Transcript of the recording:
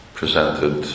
presented